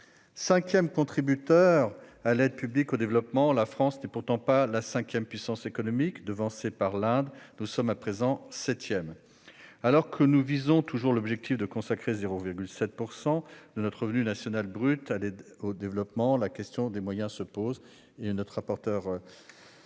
cinquième contributeur mondial à l'aide au développement, elle n'est plus la cinquième puissance économique. Devancés par l'Inde, nous sommes à présent septièmes. Alors que nous visons toujours l'objectif de consacrer 0,7 % de notre RNB à l'aide au développement, la question des moyens se pose.